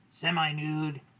semi-nude